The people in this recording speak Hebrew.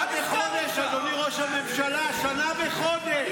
אבל אתה ראש הממשלה, לא הם.